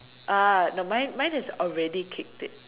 uh the mine mine is already kicked it